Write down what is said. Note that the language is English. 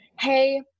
hey